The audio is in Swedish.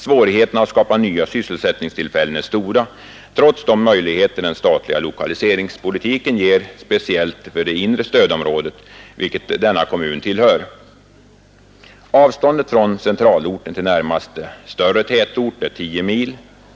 Svårigheterna att skapa nya sysselsättningstillfällen är stora, trots de möjligheter den statliga lokaliseringspolitiken ger, speciellt för det inre stödområdet, vilket denna kommun tillhör. Avståndet från centralorten till närmaste större tätort är 10 mil.